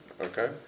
Okay